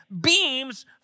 beams